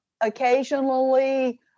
occasionally